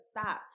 stop